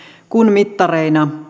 kun mittareina